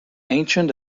ancient